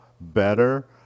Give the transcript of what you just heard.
better